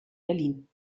berlin